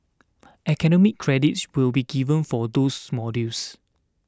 academic credits will be given for those modules